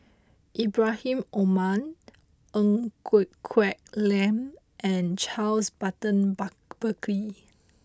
Ibrahim Omar Ng Quee Lam and Charles Burton Buckley